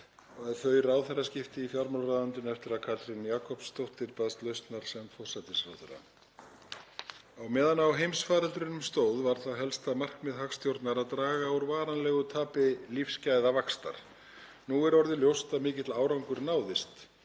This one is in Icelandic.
við ráðherraskipti í fjármálaráðuneytinu eftir að Katrín Jakobsdóttir baðst lausnar sem forsætisráðherra. Meðan á heimsfaraldrinum stóð var það helsta markmið hagstjórnar að draga úr varanlegu tapi lífsgæðavaxtar. Nú er orðið ljóst að mikill árangur náðist